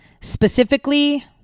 specifically